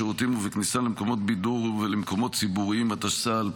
בשירותים ובכניסה למקומות בידור ולמקומות ציבוריים,